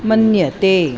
मन्यते